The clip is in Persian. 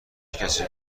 کسی